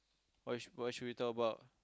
what should what should we talk about